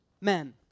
men